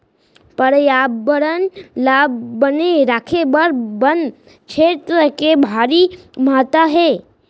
परयाबरन ल बने राखे बर बन छेत्र के भारी महत्ता हे